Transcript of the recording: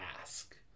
ask